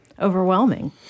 overwhelming